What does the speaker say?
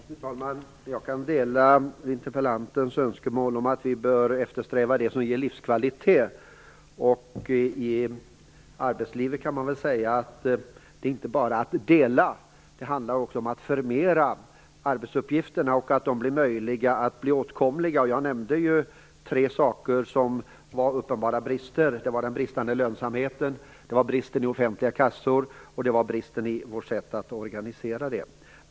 Fru talman! Jag kan dela interpellantens önskemål om att vi bör eftersträva det som ger livskvalitet. I arbetslivet är det inte bara att dela. Det handlar också om att förmera arbetsuppgifterna och göra dem åtkomliga. Jag nämnde tre saker som var uppenbara brister. Det var den bristande lönsamheten. Det var bristen i offentliga kassor. Det var bristen i vårt sätt att organisera.